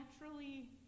naturally